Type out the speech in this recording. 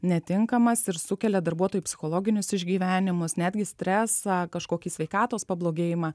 netinkamas ir sukelia darbuotojų psichologinius išgyvenimus netgi stresą kažkokį sveikatos pablogėjimą